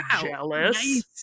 jealous